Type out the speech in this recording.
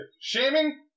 shaming